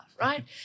right